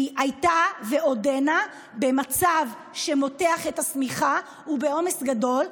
הייתה ועודנה במצב שמותח את השמיכה ובעומס גדול.